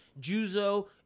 Juzo